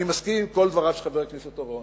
אני מסכים עם כל דבריו של חבר הכנסת אורון,